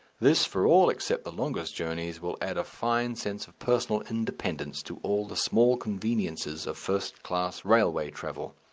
this, for all except the longest journeys, will add a fine sense of personal independence to all the small conveniences of first-class railway travel.